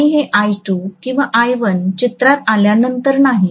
हे I2 किंवा I1 चित्रात आल्यानंतर नाही